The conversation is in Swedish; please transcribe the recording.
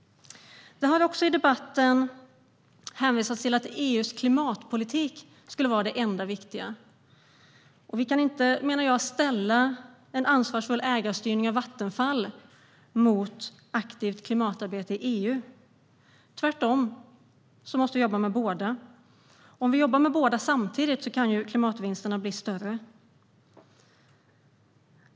Det har också i debatten hänvisats till att EU:s klimatpolitik skulle vara det enda viktiga. Vi kan inte, menar jag, ställa en ansvarsfull ägarstyrning av Vattenfall mot aktivt klimatarbete i EU. Tvärtom måste vi jobba med båda. Om vi jobbar med båda samtidigt kan klimatvinsterna bli större.